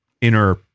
inner